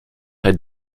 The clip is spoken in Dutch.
hij